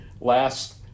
last